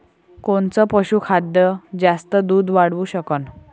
कोनचं पशुखाद्य जास्त दुध वाढवू शकन?